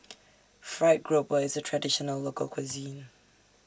Fried Grouper IS A Traditional Local Cuisine